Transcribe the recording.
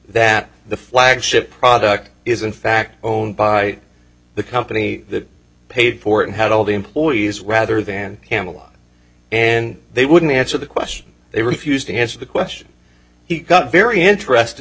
that the flagship product is in fact own by the company that paid for and had all the employees rather than camelot and they wouldn't answer the question they refused to answer the question he got very interested